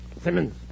Simmons